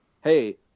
hey